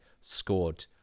scored